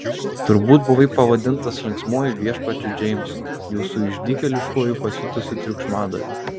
turbūt buvai pavadintas linksmuoju viešpačiu džeimsu jūsų išdykėliškuoju pasiutusiu triukšmadariu